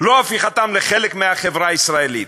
לא הפיכתם לחלק מהחברה הישראלית.